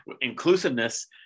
inclusiveness